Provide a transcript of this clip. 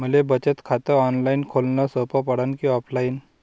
मले बचत खात ऑनलाईन खोलन सोपं पडन की ऑफलाईन?